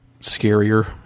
scarier